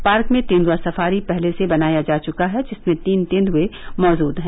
park में तेंदुआ safari पहले से बनाया जा चुका है जिसमें तीन तेंदुए मौजूद हैं